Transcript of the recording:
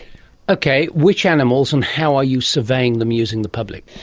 okay, which animals and how are you surveying them using the public?